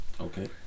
Okay